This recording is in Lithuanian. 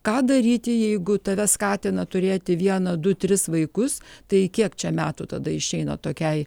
ką daryti jeigu tave skatina turėti vieną du tris vaikus tai kiek čia metų tada išeina tokiai